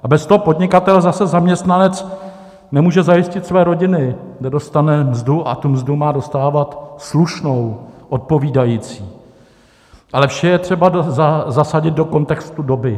A bez podnikatele zase zaměstnanec nemůže zajistit své rodiny, nedostane mzdu a tu mzdu má dostávat slušnou, odpovídající, ale vše je třeba zasadit do kontextu doby.